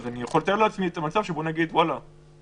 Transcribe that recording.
אני יכול לתאר לעצמי מצב שנגיד שהגענו